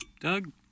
Doug